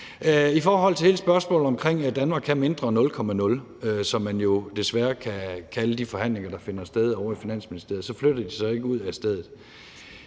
I forhold til hele spørgsmålet omkring Danmark kan mindre 0.0, som man jo desværre kan kalde de forhandlinger, der finder sted ovre i Finansministeriet, så flytter de sig ikke ud af stedet.